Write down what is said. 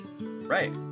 Right